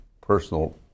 personal